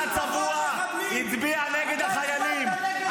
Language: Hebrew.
אתה הצבעת נגד גירוש משפחות מחבלים.